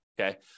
Okay